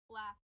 laugh